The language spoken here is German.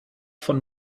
von